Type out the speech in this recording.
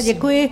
Děkuji.